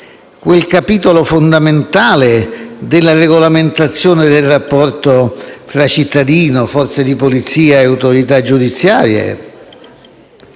il capitolo fondamentale della regolamentazione del rapporto tra cittadino, forze di polizia e autorità giudiziaria,